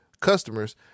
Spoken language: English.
customers